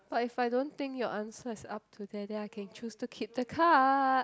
but if I don't think your answer is up to there then I can choose to keep the card